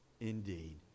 indeed